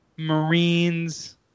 marines